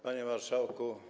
Panie Marszałku!